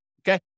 okay